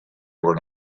were